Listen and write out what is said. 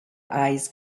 eyes